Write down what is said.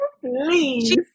Please